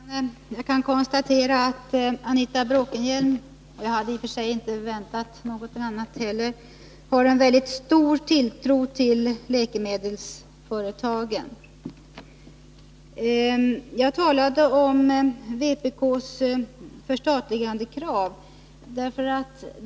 Herr talman! Jag kan konstatera att Anita Bråkenhielm — jag hade i och för sig inte väntat något annat heller — har en väldigt stor tilltro till läkemedelsföretagen. Jag talade om vpk:s förstatligandekrav.